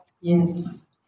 Yes